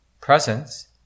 presence